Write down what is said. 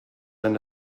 and